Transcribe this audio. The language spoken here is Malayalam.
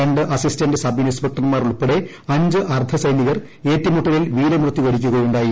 രണ്ട് അസിസ്റ്റന്റ് സബ് ഇൻസ്പെക്ടർമാർ ഉൾപ്പെടെ അഞ്ച് അർദ്ധസൈനികർ ഏറ്റുമുട്ടലിൽ വീരമൃത്യു വരിക്കുകയുണ്ടായി